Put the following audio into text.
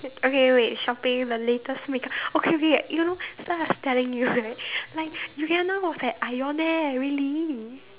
okay wait shopping the latest make-up okay wait you know so I was telling you right like Rihanna was at Ion eh really